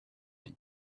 tea